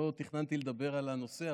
לא תכננתי לדבר על הנושא.